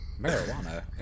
Marijuana